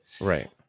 right